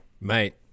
mate